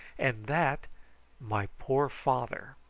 and that my poor father.